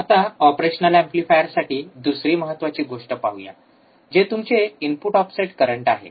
आता ऑपरेशनल एंपलीफायरसाठी दुसरी महत्वाची गोष्ट पाहूया जे तुमचे इनपुट ऑफसेट करंट आहे